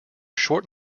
short